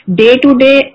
day-to-day